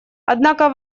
однако